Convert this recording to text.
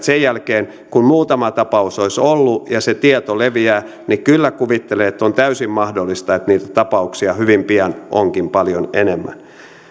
sen jälkeen kun muutama tapaus olisi ollut ja se tieto leviää niin kyllä kuvittelen että on täysin mahdollista että niitä tapauksia hyvin pian onkin paljon enemmän